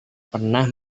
pernah